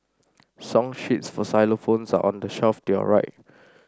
song sheets for xylophones on the shelf to your right